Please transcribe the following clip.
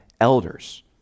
elders